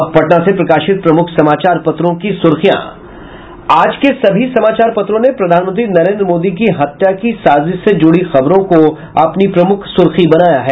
अब पटना से प्रकाशित प्रमुख समाचार पत्रों की सुर्खियां आज के सभी समाचार पत्रों ने प्रधानमंत्री नरेन्द्र मोदी की हत्या की साजिश से जुड़ी खबरों को अपनी प्रमुख सुर्खी बनाया है